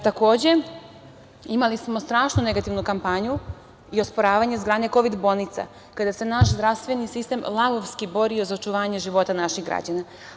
Takođe, imali smo strašnu negativnu kampanju i osporavanje izgradnje kovid-bolnica, kada se naš zdravstveni sistem lavovski borio za očuvanje života naših građana.